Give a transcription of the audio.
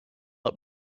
let